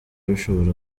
bishobora